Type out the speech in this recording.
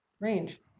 range